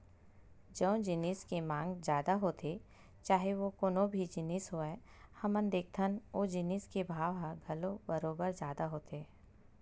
जउन जिनिस के मांग जादा होथे चाहे ओ कोनो भी जिनिस होवय हमन देखथन ओ जिनिस के भाव ह घलो बरोबर जादा होथे